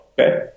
okay